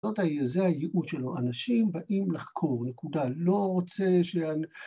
‫זו הייעוץ שלו, אנשים באים לחקור, ‫נקודה, לא רוצה ש...